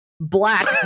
black